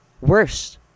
worse